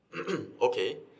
okay